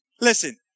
Listen